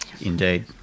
Indeed